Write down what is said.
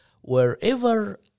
Wherever